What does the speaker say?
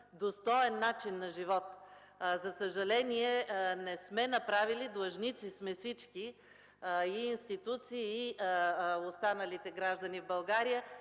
достоен начин на живот. За съжаление, не сме направили необходимото. Длъжници сме всички – и институции, и останалите граждани в България,